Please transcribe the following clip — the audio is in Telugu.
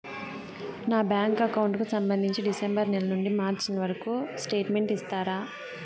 నా బ్యాంకు అకౌంట్ కు సంబంధించి డిసెంబరు నెల నుండి మార్చి నెలవరకు స్టేట్మెంట్ ఇస్తారా?